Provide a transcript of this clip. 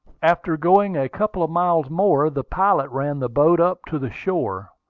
after going a couple of miles more, the pilot ran the boat up to the shore,